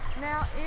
Now